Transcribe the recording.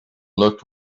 looked